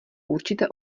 určité